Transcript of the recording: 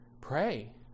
Pray